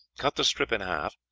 cut the strip in half,